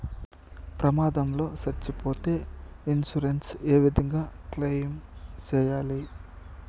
ప్రమాదం లో సచ్చిపోతే ఇన్సూరెన్సు ఏ విధంగా క్లెయిమ్ సేయాలి?